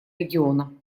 региона